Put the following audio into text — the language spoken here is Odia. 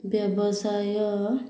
ବ୍ୟବସାୟ